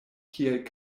kiel